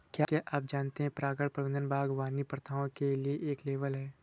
क्या आप जानते है परागण प्रबंधन बागवानी प्रथाओं के लिए एक लेबल है?